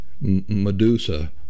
Medusa